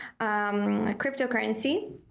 cryptocurrency